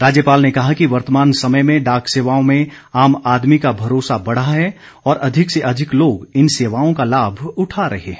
राज्यपाल ने कहा कि वर्तमान समय में डाक सेवाओं में आम आदमी का भरोसा बढ़ा है और अधिक से अधिक लोग इन सेवाओं का लाभ उठा रहे हैं